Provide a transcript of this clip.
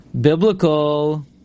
biblical